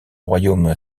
royaume